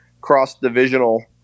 cross-divisional